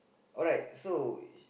alright so